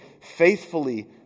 faithfully